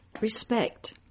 respect